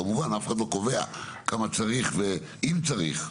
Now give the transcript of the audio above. כמובן, אף אחד לא קובע כמה צריך ואם צריך,